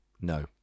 No